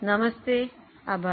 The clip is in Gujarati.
નમસ્તે આભાર